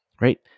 right